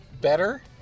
better